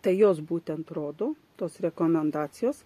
tai jos būtent rodo tos rekomendacijos